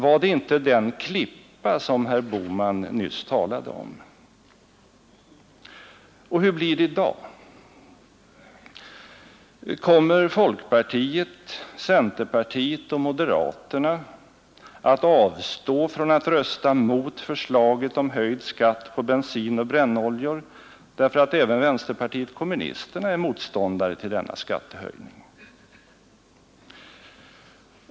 Var det inte den klippa som herr Bohman nyss talade om? Och hur blir det i dag? Kommer folkpartiet, centerpartiet och moderaterna att avstå från att rösta mot förslaget om höjd skatt på bensin och brännoljor därför att även vänsterpartiet kommunisterna är motståndare till denna skattehöjning?